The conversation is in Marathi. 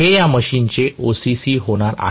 हे या मशीनचे OCC होणार आहे